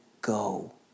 go